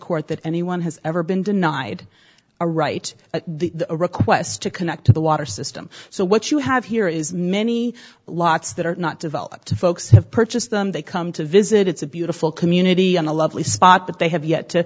court that anyone has ever been denied a right at the request to connect to the water system so what you have here is many lots that are not developed folks have purchased them they come to visit it's a beautiful community and a lovely spot but they have yet to